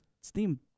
steam